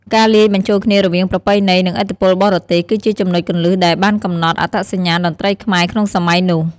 ការលាយបញ្ចូលគ្នារវាងប្រពៃណី និងឥទ្ធិពលបរទេស គឺជាចំណុចគន្លឹះដែលបានកំណត់អត្តសញ្ញាណតន្ត្រីខ្មែរក្នុងសម័យនោះ។